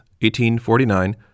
1849